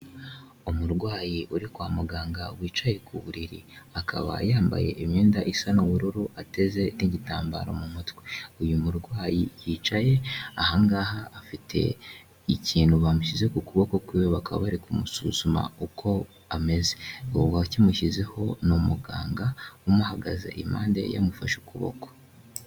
Umurwayi uri kwa muganga wicaye ku buriri, akaba yambaye imyenda isa n'ubururu ateze n'igitambaro mu mutwe. Uyu murwayi yicaye aha ngaha afite ikintu bamushyize ku kuboko kwiwe bakaba bari kumusuzuma uko ameze. Uwakimushyizeho ni umuganga umuhagaze impande yamufashe ukuboko.